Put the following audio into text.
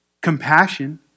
compassion